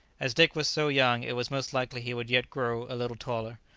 as dick was so young it was most likely he would yet grow a little taller,